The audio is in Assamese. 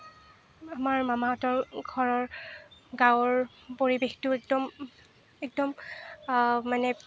আমাৰ মামাহঁতৰ ঘৰৰ গাঁৱৰ পৰিৱেশটো একদম একদম মানে